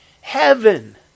heaven